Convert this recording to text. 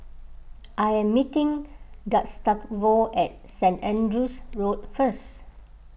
I am meeting Gustavo at Saint Andrew's Road first